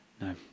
no